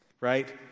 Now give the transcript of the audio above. right